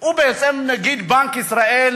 הוא בעצם נגיד בנק ישראל,